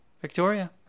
Victoria